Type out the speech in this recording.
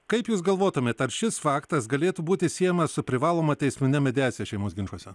kaip jūs galvotumėt ar šis faktas galėtų būti siejamas su privaloma teismine mediacija šeimos ginčuose